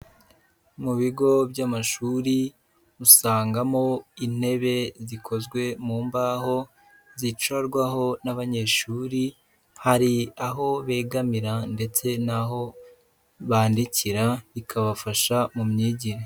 Mu bigo by'amashuri usangamo intebe zikozwe mu mbaho, zicarwaho n'abanyeshuri, hari aho begamira ndetse n'aho bandikira bikabafasha mu myigire.